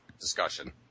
discussion